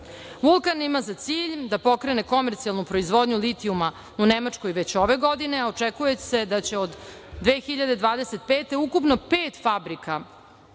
ima za cilj da pokrene komercijalnu proizvodnju litijuma u Nemačkoj već ove godine, a očekuje se da će od 2025. godine ukupno pet fabrika